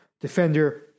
defender